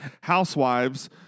housewives